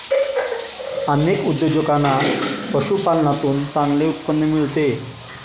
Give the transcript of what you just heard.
अनेक उद्योजकांना पशुपालनातून चांगले उत्पन्न मिळते